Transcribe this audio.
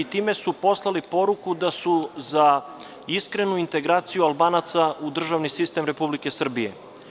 Time su poslali poruku da su za iskrenu integraciju Albanaca u državni sistem Republike Srbije.